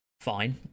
fine